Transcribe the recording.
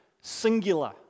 singular